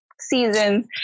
seasons